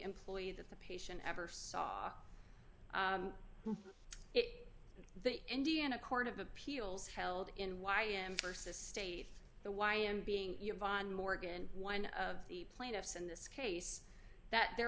employee that the patient ever saw the indiana court of appeals held in why am versus state the why am being your van morgan one of the plaintiffs in this case that there